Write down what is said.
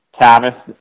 Tavis